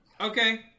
Okay